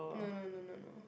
no no no no no